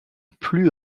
plus